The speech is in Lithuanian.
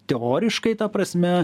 teoriškai ta prasme